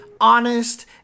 honest